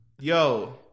Yo